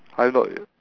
I'm not mad